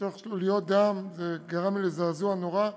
בתוך שלוליות דם, זה גרם לי לזעזוע נורא.